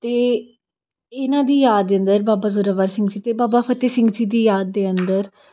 ਅਤੇ ਇਹਨਾਂ ਦੀ ਯਾਦ ਅੰਦਰ ਬਾਬਾ ਜ਼ੋਰਾਵਰ ਸਿੰਘ ਜੀ ਅਤੇ ਬਾਬਾ ਫਤਿਹ ਸਿੰਘ ਜੀ ਦੀ ਯਾਦ ਦੇ ਅੰਦਰ